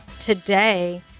today